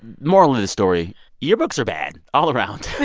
moral of the story yearbooks are bad all around